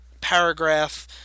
paragraph